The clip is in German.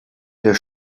der